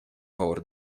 favor